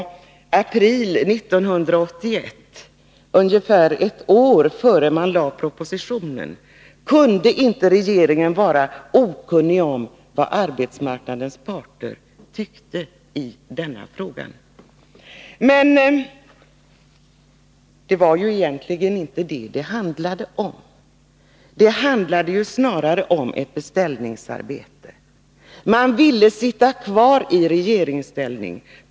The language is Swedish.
I april 1981 — ungefär ett år innan propositionen lades fram — kunde inte regeringen vara okunnig om vad arbetsmarknadens parter tyckte i den här frågan. Men det handlade egentligen inte om detta, utan det var snarare fråga om ett beställningsarbete. Man ville sitta kvar i regeringsställning.